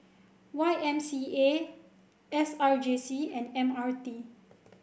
Y M C A S R J C and M R T